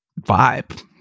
vibe